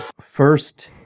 first